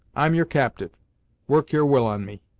i'm your captyve work your will on me.